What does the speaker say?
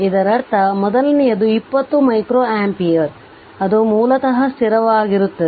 ಇದರರ್ಥ ಮೊದಲನೆಯದು 20 ಮೈಕ್ರೊಅಂಪಿಯರ್ ಅದು ಮೂಲತಃ ಸ್ಥಿರವಾಗಿರುತ್ತದೆ